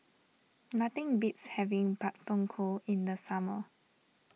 nothing beats having Pak Thong Ko in the summer